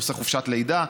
נושא חופשת לידה,